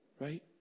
Right